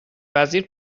وزیر